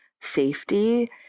safety